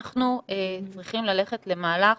אנחנו צריכים ללכת למהלך